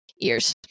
ears